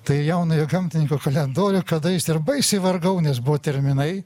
tai jaunojo gamtininko kalendorių kada jis ir baisiai vargau nes buvo terminai